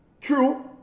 True